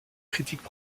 critiques